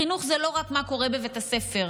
חינוך זה לא רק מה קורה בבית הספר,